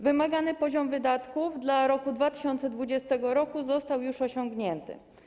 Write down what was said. Wymagany poziom wydatków dla roku 2020 został już osiągnięty.